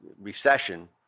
recession